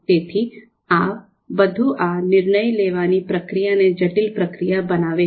તેથી આ બધું આ નિર્ણય લેવાની પ્રક્રિયાને જટિલ પ્રક્રિયા બનાવે છે